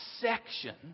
section